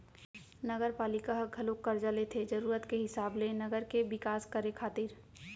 नगरपालिका ह घलोक करजा लेथे जरुरत के हिसाब ले नगर के बिकास करे खातिर